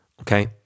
okay